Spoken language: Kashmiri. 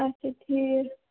اَچھا ٹھیٖک